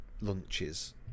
lunches